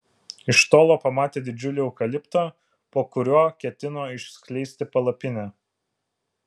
iš tolo pamatė didžiulį eukaliptą po kuriuo ketino išskleisti palapinę